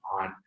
on